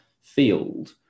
field